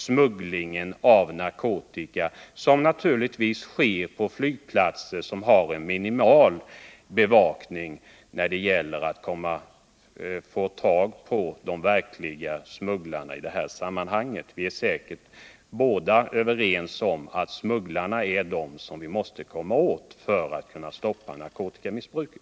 Smugglingen av narkotika växer naturligtvis på flygplatser som har en minimal bevakning. Vi är säkert eniga om att det är smugglarna vi måste komma åt för att på sikt kunna stoppa narkotikamissbruket.